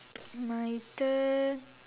my turn